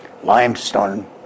Limestone